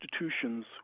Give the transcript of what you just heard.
institutions